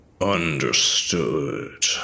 Understood